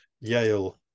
Yale